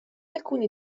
alcuni